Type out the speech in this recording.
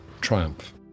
triumph